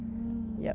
mm